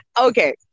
Okay